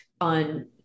on